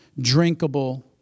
drinkable